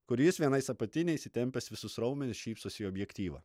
kur jis vienais apatiniais įtempęs visus raumenis šypsosi į objektyvą